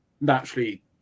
naturally